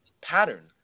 pattern